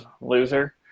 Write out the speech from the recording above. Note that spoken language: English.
loser